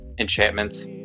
enchantments